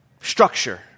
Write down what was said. structure